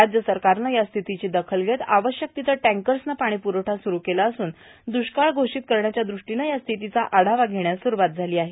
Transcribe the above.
राज्य सरकारनं या स्थितीची दखल घेत आवश्यक तिथं टँकर्सनं पाणीपुरवठा सुरू केला असून दुष्काळ घोषित करण्याच्या दृष्टीनं या स्थितीचा आढावा घेण्याला सुरवात केली आहे